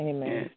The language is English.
Amen